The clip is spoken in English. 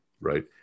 right